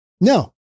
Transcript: No